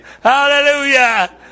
Hallelujah